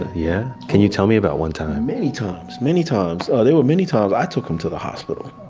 yeah? can you tell me about one time? many times, many times. there were many times i took him to the hospital.